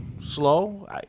slow